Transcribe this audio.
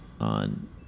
on